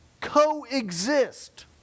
Coexist